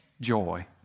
joy